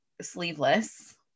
sleeveless